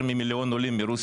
ואני אומר את זה בצער,